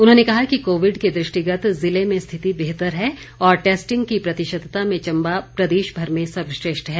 उन्होंने कहा कि कोविड के दृष्टिगत जिले में स्थिति बेहतर है और टेस्टिंग की प्रतिशतता में चंबा प्रदेशभर में सर्वश्रेष्ठ है